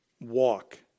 walk